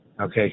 okay